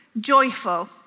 joyful